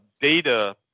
data